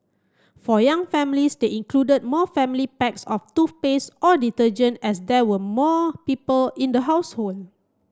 for young families they included more family packs of toothpaste or detergent as there were more people in the household